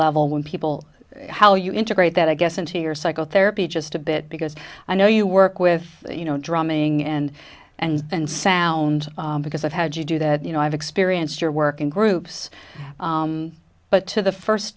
level when people how you integrate that i guess into your psychotherapy just a bit because i know you work with you know drumming and and and sound because i've had to do that you know i've experienced your work in groups but to the first